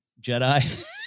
Jedi